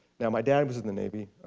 yeah my dad was in the navy,